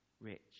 rich